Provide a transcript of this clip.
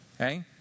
okay